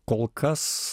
kol kas